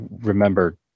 remember